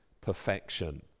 perfection